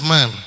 Man